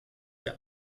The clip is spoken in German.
der